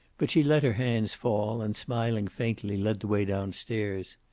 but she let her hands fall, and smiling faintly, led the way downstairs.